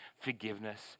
forgiveness